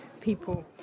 people